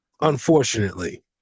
unfortunately